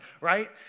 right